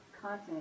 content